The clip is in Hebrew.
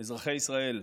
אזרחי ישראל,